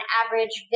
average